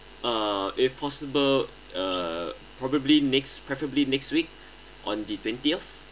uh if possible uh probably next preferably next week on the twentieth